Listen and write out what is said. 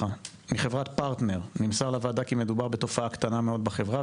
מחברת פרטנר - נמסר לוועדה כי מדובר בתופעה קטנה מאד בחברה,